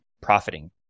profiting